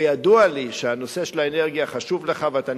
וידוע לי שנושא האנרגיה חשוב לך ואתה